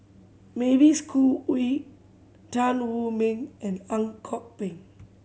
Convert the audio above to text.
Mavis Khoo Oei Tan Wu Meng and Ang Kok Peng